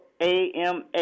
AMA